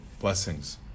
Blessings